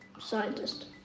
scientist